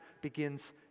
begins